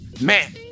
Man